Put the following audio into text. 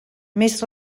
més